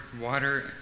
water